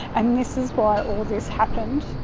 and this is why all this happened.